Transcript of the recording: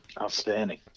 outstanding